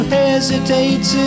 hesitates